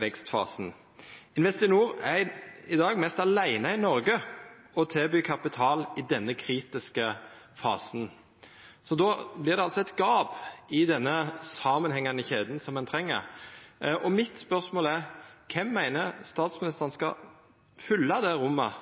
vekstfasen. Investinor er i dag nesten aleine i Noreg med å tilby kapital i denne kritiske fasen. Då vert det eit gap i den samanhengande kjeda som ein treng. Mitt spørsmål er: Kven meiner statsministeren skal fylla det rommet